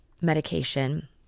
medication